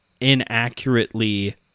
inaccurately